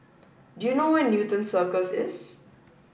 do you know where is Newton Cirus